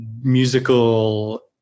musical